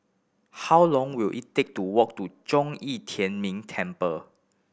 how long will it take to walk to Zhong Yi Tian Ming Temple